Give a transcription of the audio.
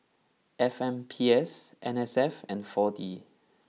F M P S N S F and four D